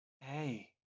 Hey